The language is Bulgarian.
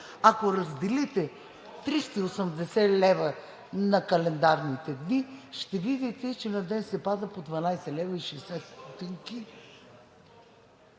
Ако разделите 380 лв. на календарните дни, ще видите, че на ден се пада по 12,60 лв.